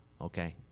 Okay